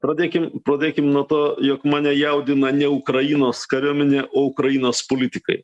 pradėkim pradėkim nuo to jog mane jaudina ne ukrainos kariuomenė o ukrainos politikai